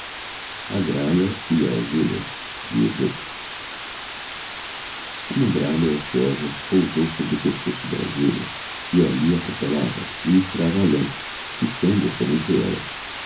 e a ovelha huma gralha ociosa pousou sobre o pescoço da ovelha e alli a repelava e lhe tirava a lã picando a por entre ella